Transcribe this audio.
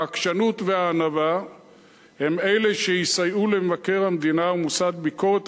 העקשנות והענווה הם שיסייעו למבקר המדינה ומוסד ביקורת